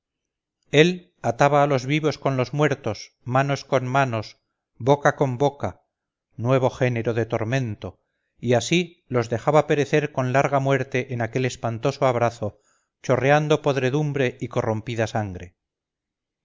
el ataba a los vivos con los muertos manos con manos boca con boca nuevo género de tormento y así los dejaba perecer con larga muerte en aquel espantoso abrazo chorreando podredumbre y corrompida sangre